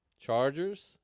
Chargers